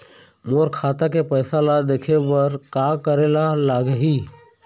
मोर खाता के पैसा ला देखे बर का करे ले लागही?